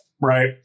right